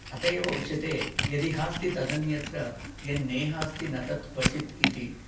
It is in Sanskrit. अत एव उच्यते यदिहास्ति तदन्यत्र यन्नेहास्ति न तत् क्वचित् इति